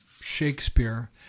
Shakespeare